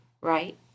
right